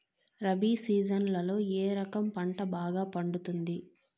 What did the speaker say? రబి సీజన్లలో ఏ రకం పంట బాగా పండుతుంది